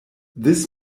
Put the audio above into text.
this